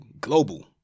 global